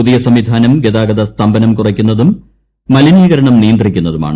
പുതിയ സംവിധാനം ഗതാഗത സ്തംഭനം കുറയ്ക്കുന്നതും മലിനീകരണം നിയന്ത്രിക്കുന്നതുമാണ്